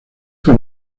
fue